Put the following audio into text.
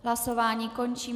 Hlasování končím.